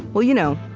well, you know,